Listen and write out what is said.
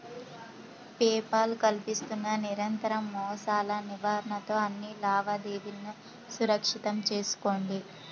pay Paul కల్పిస్తున్న నిరంతర మోసాల నివారణతో అన్ని లావాదేవీలను సురక్షితం చేసుకోండి